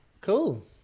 Cool